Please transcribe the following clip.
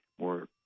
more